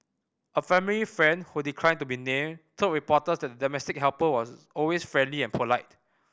a family friend who declined to be named told reporters that the domestic helper was always friendly and polite